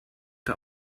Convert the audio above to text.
der